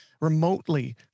remotely